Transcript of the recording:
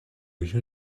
you